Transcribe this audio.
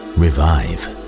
revive